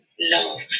love